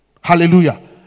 Hallelujah